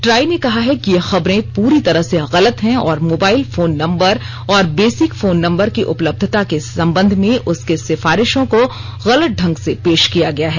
try ने कहा है कि ये खबरें पूरी तरह से गलत हैं और मोबाइल फोन नम्बर और बेसिक फोन नम्बर की उपलब्धता के संबंध में उसकी सिफारिशों को गलत ढंग से पेश किया गया है